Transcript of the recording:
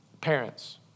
Parents